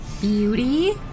Beauty